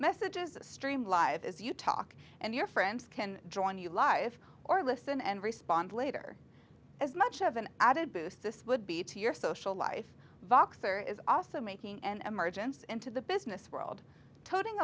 messages streamed live as you talk and your friends can join you live or listen and respond later as much of an added boost this would be to your social life voxer is also making an emergence into the business world toting